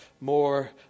more